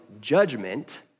judgment